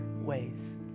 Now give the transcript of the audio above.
ways